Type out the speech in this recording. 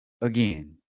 again